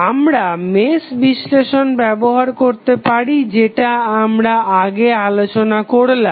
আমরা মেশ বিশ্লেষণ ব্যবহার করতে পারি যেটা আমরা আগে আলোচনা করলাম